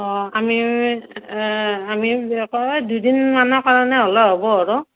অ' আমি আমি অকল দুদিনমানৰ কাৰণে হ'লে হ'ব আৰু